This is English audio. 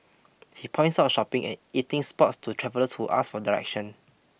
he points out shopping and eating spots to travellers who ask for directions